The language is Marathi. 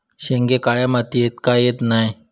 शेंगे काळ्या मातीयेत का येत नाय?